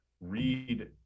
read